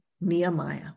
Nehemiah